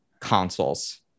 consoles